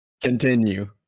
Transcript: Continue